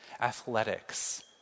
athletics